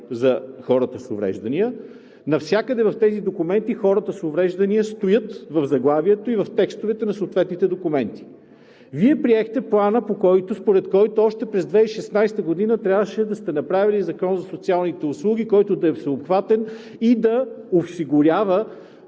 за хората с увреждания. Навсякъде в тези документи „хората с увреждания“ стоят в заглавието и в текстовете на съответните документи. Вие приехте Плана, според който още през 2016 г. трябваше да сте направили Закон за социалните услуги, който да е всеобхватен и да осигурява